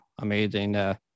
amazing